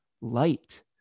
light